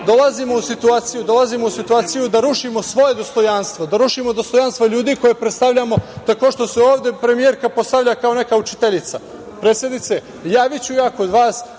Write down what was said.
Dolazimo u situaciju da rušimo svoje dostojanstvo, da rušimo dostojanstvo ljudi koje predstavljamo, tako što se ovde premijerka postavlja kao neka učiteljica. Predsednice, javiću ja kod vas,